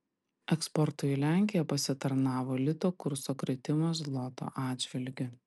eksportui į lenkiją pasitarnavo lito kurso kritimas zloto atžvilgiu